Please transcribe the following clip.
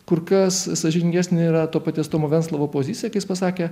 kur kas sąžiningesnė yra to paties tomo venclovo pozicija kai jis pasakė